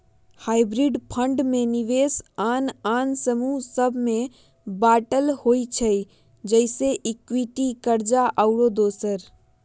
hybrid fund में निवेश आन आन समूह सभ में बाटल होइ छइ जइसे इक्विटी, कर्जा आउरो दोसर